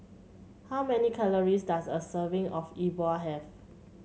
how many calories does a serving of Yi Bua have